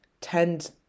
tend